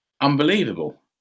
unbelievable